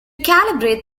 calibrate